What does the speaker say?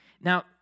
Now